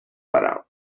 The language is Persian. دارم